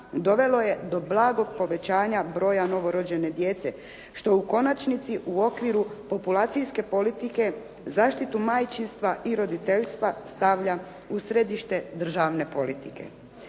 dovelo je do blagog povećanja broja novorođene djece što u konačnici u okviru populacijske politike, zaštitu majčinstva i roditeljstva stavlja u središte državne politike.